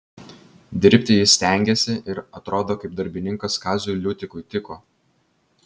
dirbti jis stengėsi ir atrodo kaip darbininkas kaziui liutikui tiko